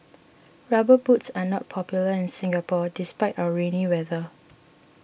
rubber boots are not popular in Singapore despite our rainy weather